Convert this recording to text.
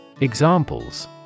Examples